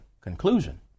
conclusion